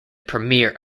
premier